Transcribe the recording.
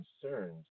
concerns